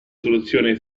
soluzione